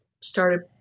started